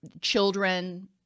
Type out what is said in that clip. children